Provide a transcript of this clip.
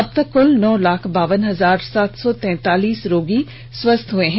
अब तक क्ल नौ लाख बावन हजार सात सौ तैंतालीस रोगी स्वस्थ हुए हैं